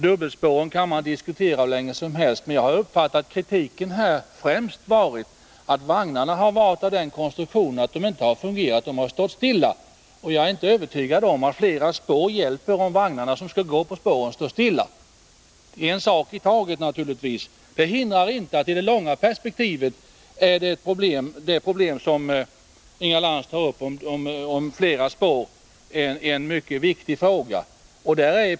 Dubbelspåren kan man diskutera. Men jag har uppfattat att kritiken främst har gällt att vagnarna varit av den konstruktionen att de inte har fungerat utan stått stilla. Jag är inte övertygad om att flera spår hjälper om vagnarna som skall gå på spåren står stilla. Vi får ta en sak i taget, naturligtvis. Det hindrar inte att det problem som Inga Lantz tar upp om fler spår i det långa perspektivet är en mycket viktig fråga.